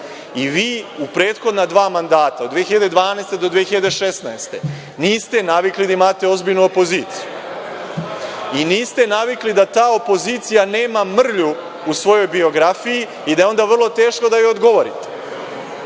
i vi u prethodna dva mandata od 2012. do 2016. godine niste navikli da imate ozbiljnu opoziciju i niste navikli da ta opozicija nema mrlju u svojoj biografiji i da je onda vrlo teško da joj odgovorite. Razumem